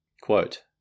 Quote